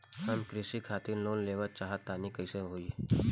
हम कृषि खातिर लोन लेवल चाहऽ तनि कइसे होई?